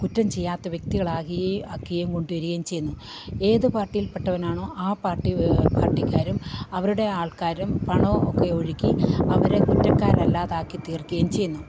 കുറ്റം ചെയ്യാത്ത വ്യക്തികളാകുകയും അക്കിയും കൊണ്ടുവരികയും ചെയ്യുന്നു ഏത് പാർട്ടിയിൽ പെട്ടവനാണോ ആ പാർട്ടി പാർട്ടിക്കാരും അവരുടെ ആൾക്കാരും പണമോ ഒക്കെ ഒഴുക്കി അവരെ കുറ്റക്കാരല്ലാതാക്കി തീർക്കുകയും ചെയ്യുന്നു